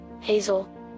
Hazel